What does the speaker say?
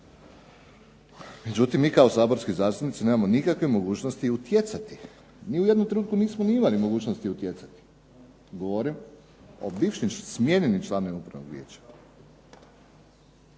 međutim, mi kao saborski zastupnici nemamo nikakve mogućnosti utjecati, ni u jednom trenutku nismo imali mogućnosti utjecati. Govorim o bivšim smijenjenim članovima upravnog vijeća.